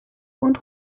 und